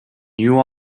knew